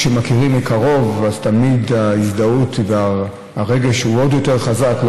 כשמכירים מקרוב אז תמיד ההזדהות והרגש עוד יותר חזקים.